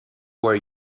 where